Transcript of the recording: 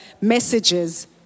messages